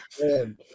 Man